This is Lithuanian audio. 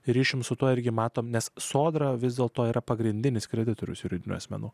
ryšium su tuo irgi matome nes sodra vis dėlto yra pagrindinis kreditorius juridinių asmenų